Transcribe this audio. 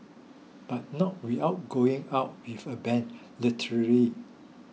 but not without going out with a bang literal